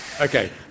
Okay